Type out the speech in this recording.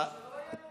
אבל שלא יהיה,